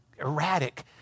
erratic